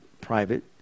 private